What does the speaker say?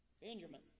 Benjamin